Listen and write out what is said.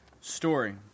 story